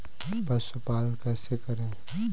पशुपालन कैसे करें?